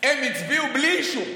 עוד יותר, בלי אישור.